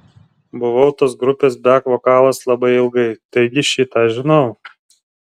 buvau tos grupės bek vokalas labai ilgai taigi šį tą žinau